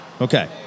Okay